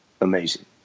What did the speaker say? amazing